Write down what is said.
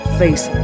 face